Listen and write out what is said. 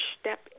step